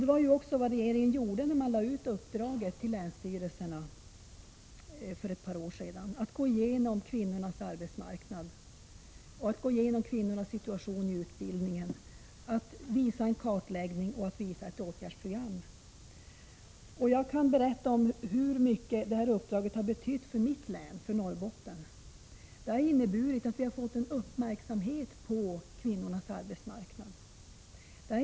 Det gjorde också regeringen när man för ett par år sedan gav länsstyrelserna i uppdrag att kartlägga kvinnornas arbetsmarknad och deras situation inom utbildningen samt att komma med åtgärdsprogram. Jag kan berätta vad det uppdraget har betytt för kvinnorna i mitt län, Norrbotten. Det har inneburit att vi har fått uppmärksamheten riktad mot kvinnornas arbetsmarknad.